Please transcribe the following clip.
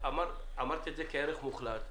ואמרת את זה כערך מוחלט,